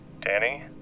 Danny